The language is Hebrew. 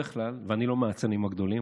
ואני לא מהאצנים הגדולים,